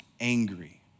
angry